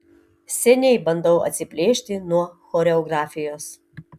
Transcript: seniai bandau atsiplėšti nuo choreografijos